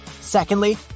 Secondly